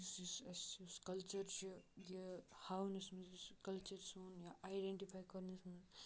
یُس یُس اَسہِ یُس کَلچَر چھُ یہِ ہاونَس منٛز یُس کَلچَر سون یا آیڈٮ۪نٹِفاے کَرنَس منٛز